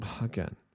again